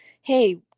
Hey